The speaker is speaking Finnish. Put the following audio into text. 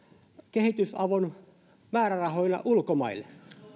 kehitysavun määrärahoina ulkomaille